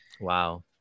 wow